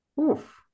Oof